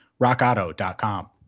Rockauto.com